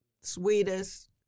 sweetest